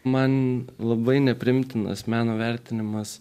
man labai nepriimtinas meno vertinimas